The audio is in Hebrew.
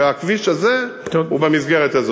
והכביש הזה הוא במסגרת הזאת.